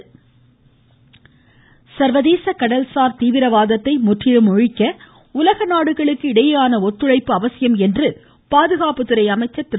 ராஜ்நாத் சிங் சர்வதேச கடல்சார் தீவிரவாதத்தை முற்றிலும் ஒழிக்க உலக நாடுகளுக்கு இடையேயான ஒத்துழைப்பு அவசியம் என்று பாதுகாப்புத் துறை அமைச்சர் திரு